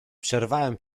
przerwałem